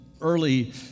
early